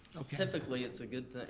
typically it's a good thing.